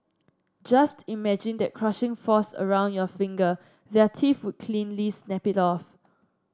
just imagine that crushing force around your finger their teeth would cleanly snap it off